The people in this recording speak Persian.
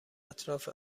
اطراف